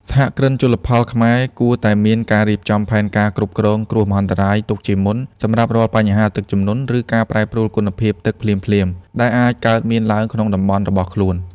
សហគ្រិនជលផលខ្មែរគួរតែមានការរៀបចំផែនការគ្រប់គ្រងគ្រោះមហន្តរាយទុកជាមុន សម្រាប់រាល់បញ្ហាទឹកជំនន់ ឬការប្រែប្រួលគុណភាពទឹកភ្លាមៗដែលអាចកើតមានឡើងក្នុងតំបន់របស់ខ្លួន។